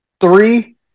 three